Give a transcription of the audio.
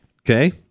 Okay